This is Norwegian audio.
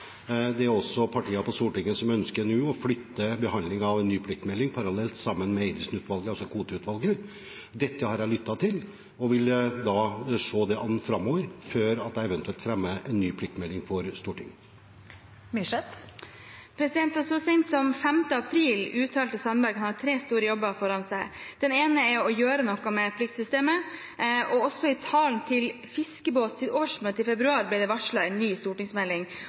Det er også partier på Stortinget som nå ønsker å flytte behandlingen av en ny pliktmelding parallelt med Eidesenutvalget, altså Kvoteutvalget. Dette har jeg lyttet til, og jeg vil se det an framover før jeg eventuelt fremmer en ny pliktmelding for Stortinget. Så sent som 5. april uttalte Sandberg at han hadde tre store jobber foran seg, den ene var å gjøre noe med pliktsystemet. Også i talen til Fiskebåts årsmøte i februar ble det varslet en ny stortingsmelding